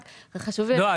רק חשוב לי --- לא,